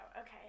Okay